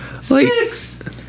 Six